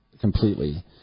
completely